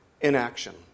inaction